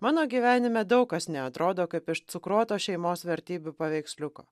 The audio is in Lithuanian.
mano gyvenime daug kas neatrodo kaip iš cukruoto šeimos vertybių paveiksliuko